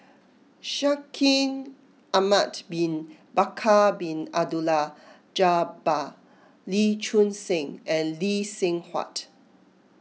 Shaikh Ahmad Bin Bakar Bin Abdullah Jabbar Lee Choon Seng and Lee Seng Huat